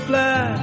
Fly